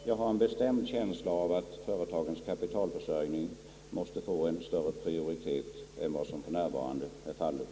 Jag har en bestämd känsla av att företagens kapitalförsörjning måste få en större prioritet än vad som för närvarande är fallet.